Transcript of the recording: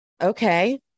Okay